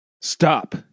Stop